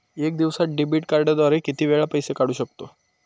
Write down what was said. एका दिवसांत डेबिट कार्डद्वारे किती वेळा पैसे काढू शकतो?